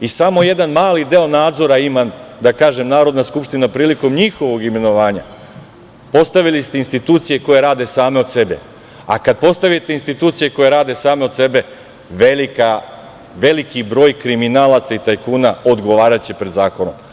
i samo jedan mali deo nadzora ima, da kažem, Narodna skupština prilikom njihovog imenovanja, postavili ste institucije koje rade same od sebe, a kada postavite institucije koje rade same od sebe, veliki broj kriminalaca i tajkuna odgovaraće pred zakonom.